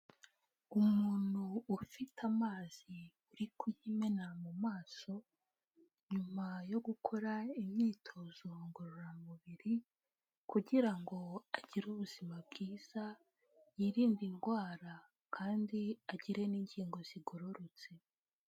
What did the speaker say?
Umuntu ufite amazi uri kuyimena mu maso, nyuma yo gukora imyitozo ngororamubiri, kugira ngo agire ubuzima bwiza, yirinde indwara, kandi agire n'ingingo zigororotse.